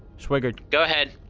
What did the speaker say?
swigert go ahead.